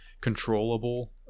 controllable